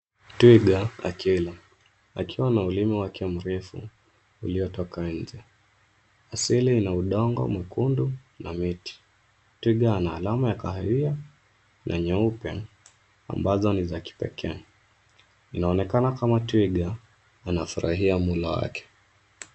Twiga akila, akiwa na ulimi wake mrefu uliotoka njee , asili una udongo mwekundu na miti, Twiga ana alama ya kahawia na nyeupe ambazo ni za kipekee, inaonekana kama Twiga anafurahia mlo wake